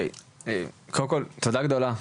קודם כל תודה גדולה,